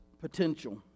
potential